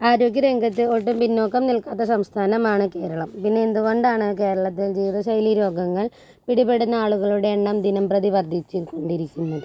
ആരോഗ്യ രംഗത്ത് ഒട്ടും പിന്നോക്കം നിൽക്കാത്ത സംസ്ഥാനമാണ് കേരളം പിന്നെ എന്തു കൊണ്ടാണ് കേരളത്തിൽ ജീവിത ശൈലി രോഗങ്ങൾ പിടി പെടുന്നാളുകളുടെ എണ്ണം ദിനം പ്രതി വർദ്ധിച്ച് കൊണ്ടിരിക്കുന്നത്